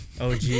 OG